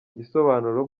gisobanuro